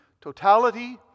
totality